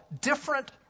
different